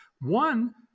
One